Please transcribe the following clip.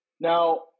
now